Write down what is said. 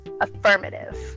affirmative